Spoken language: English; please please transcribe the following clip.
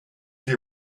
they